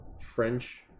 French